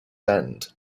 end